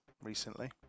recently